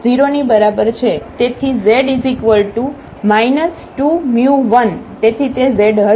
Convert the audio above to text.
તેથી z 2μ1 તેથી તે z હશે